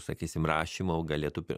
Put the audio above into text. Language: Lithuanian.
sakysim rašymo galėtų pi